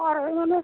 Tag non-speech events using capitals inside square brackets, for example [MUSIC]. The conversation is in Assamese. [UNINTELLIGIBLE]